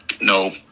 no